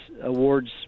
awards